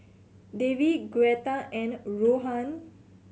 Davey Gretta and Rohan